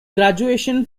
graduation